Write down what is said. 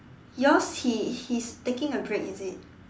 yours he he is taking a break is it